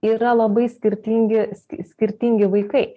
yra labai skirtingi skir skirtingi vaikai